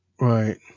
Right